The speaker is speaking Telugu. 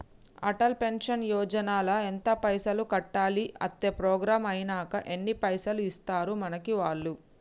అటల్ పెన్షన్ యోజన ల ఎంత పైసల్ కట్టాలి? అత్తే ప్రోగ్రాం ఐనాక ఎన్ని పైసల్ ఇస్తరు మనకి వాళ్లు?